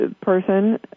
person